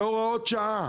ובהוראות שעה,